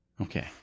Okay